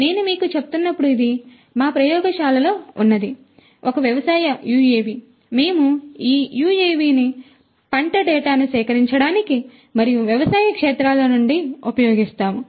నేను మీకు చెప్తున్నప్పుడు ఇది మా ప్రయోగశాలలో ఉన్న ఒక వ్యవసాయ యుఎవి మేము ఈ యుఎవిని పంట డేటాను సేకరించడానికి మరియు వ్యవసాయ క్షేత్రాల నుండి ఉపయోగిస్తాము